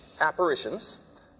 apparitions